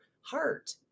heart